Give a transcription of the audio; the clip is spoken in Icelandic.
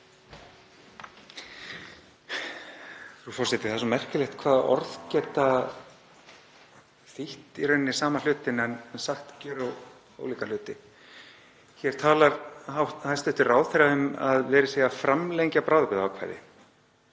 forseti. Það er svo merkilegt hvað orð geta þýtt í rauninni sama hlutinn en sagt gjörólíka hluti. Hér talar hæstv. ráðherra um að verið sé að framlengja bráðabirgðaákvæði.